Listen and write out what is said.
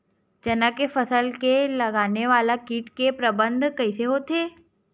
चना के फसल में लगने वाला कीट के प्रबंधन कइसे होथे?